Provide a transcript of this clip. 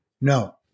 No